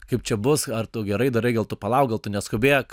kaip čia bus ar tu gerai darai gal tu palauk gal tu neskubėk